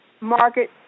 market